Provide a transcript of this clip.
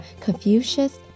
Confucius